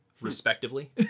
respectively